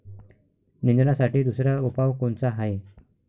निंदनासाठी दुसरा उपाव कोनचा हाये?